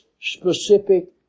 specific